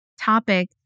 topic